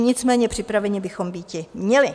Nicméně připraveni bychom býti měli.